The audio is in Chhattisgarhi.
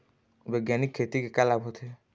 बैग्यानिक खेती के का लाभ होथे?